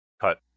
cut